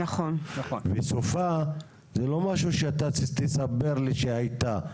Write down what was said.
וסופה זה לא משהו שאתה תספר לי שהייתה,